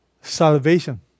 Salvation